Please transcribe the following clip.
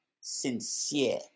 sincere